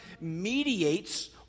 mediates